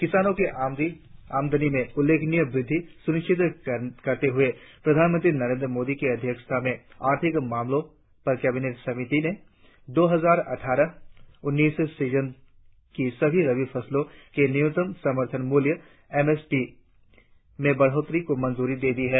किसानों की आमदनी में उल्लेखनीय वृद्धि सुनिश्चित करते हुए प्रधानमंत्री नरेंद्र मोदी की अध्यक्षता में आर्थिक मामलों पर कैबिनेट समिति ने दो हजार अट्ठारह उन्नीस सीजन की सभी रबी फसलों के न्यूनतम समर्थन मूल्यों एम एस पी में बढ़ोत्तरी को मंजूरी दे दी है